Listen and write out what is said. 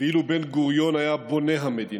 ואילו בן-גוריון היה בונה המדינה.